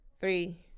three